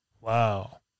Wow